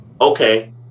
Okay